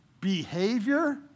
behavior